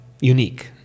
unique